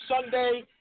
Sunday